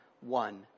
one